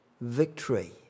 victory